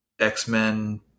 X-Men